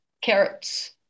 carrots